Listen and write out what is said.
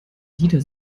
lieder